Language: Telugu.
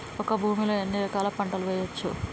ఒక భూమి లో ఎన్ని రకాల పంటలు వేయచ్చు?